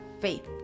faith